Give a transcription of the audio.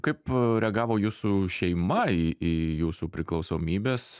kaip a reagavo jūsų šeima į į jūsų priklausomybes